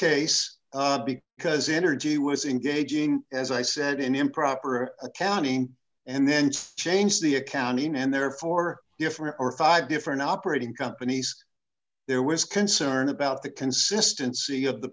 because interview was engaging as i said in improper accounting and then change the accounting and therefore different or five different operating companies there was concern about the consistency of the